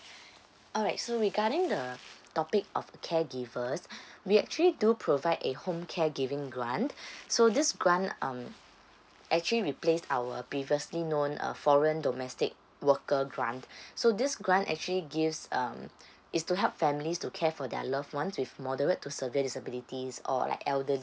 alright so regarding the topic of caregivers we actually do provide a home caregiving grant so this grant um actually replace our previously known uh foreign domestic worker grant so this grant actually gives um it's to help families to care for their loved ones with moderate to severe disabilities or like elderly